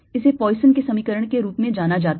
इसे पॉइसन के समीकरण के रूप में जाना जाता है